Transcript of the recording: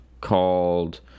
called